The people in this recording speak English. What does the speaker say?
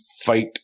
fight